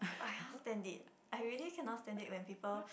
oh I cannot stand it I really cannot stand it when people